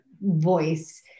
voice